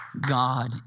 God